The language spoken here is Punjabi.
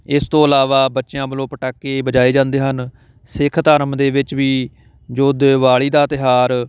ਇਸ ਤੋਂ ਇਲਾਵਾ ਬੱਚਿਆਂ ਵੱਲੋਂ ਪਟਾਕੇ ਵਜਾਏ ਜਾਂਦੇ ਹਨ ਸਿੱਖ ਧਰਮ ਦੇ ਵਿੱਚ ਵੀ ਜੋ ਦੀਵਾਲੀ ਦਾ ਤਿਉਹਾਰ